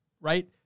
right